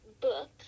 book